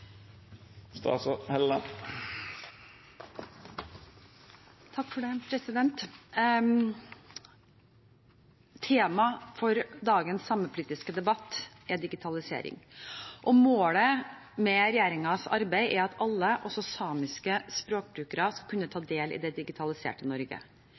Tema for dagens samepolitiske debatt er digitalisering. Målet med regjeringens arbeid er at alle, også samiske språkbrukere, skal kunne ta